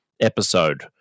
episode